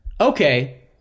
Okay